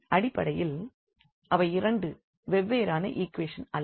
அடிப்படையில் அவை இரண்டு வெவ்வேறான ஈக்வேஷன் அல்ல